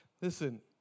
Listen